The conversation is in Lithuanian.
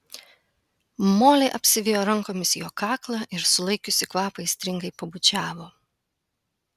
molė apsivijo rankomis jo kaklą ir sulaikiusi kvapą aistringai pabučiavo